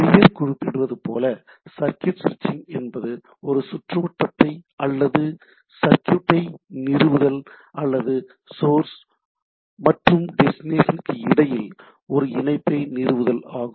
பெயர் குறிப்பிடுவது போல சர்க்யூட் சுவிட்சிங் என்பது ஒரு சுற்றுவட்டத்தை அல்லது சர்க்யூட்டை நிறுவுதல் அல்லது சோர்ஸ் மற்றும் டெஸ்டினேஷனக்கு இடையில் ஒரு இணைப்பை நிறுவுதல் ஆகும்